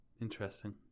Interesting